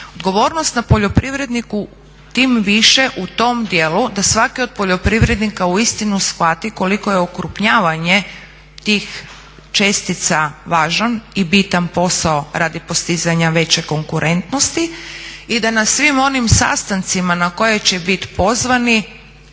Odgovornost na poljoprivredniku tim više u tom djelu da svaki od poljoprivrednika uistinu shvati koliko je okrupnjavanje tih čestica važan i bitan posao radi postizanja veće konkurentnosti i da na svim onim sastancima na koje će bit pozvani